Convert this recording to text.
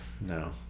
no